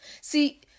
See